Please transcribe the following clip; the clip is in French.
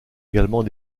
également